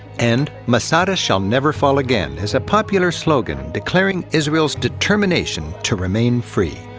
and masada shall never fall again is a popular slogan declaring israel's determination to remain free.